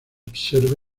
observa